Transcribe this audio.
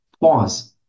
Pause